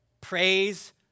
Praise